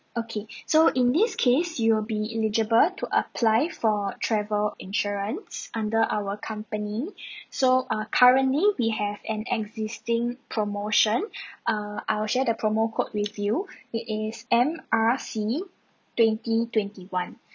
okay so in this case you will be eligible to apply for travel insurance under our company so uh currently we have an existing promotion err I'll share the promo code with you it is M R C twenty twenty one